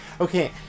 Okay